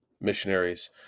missionaries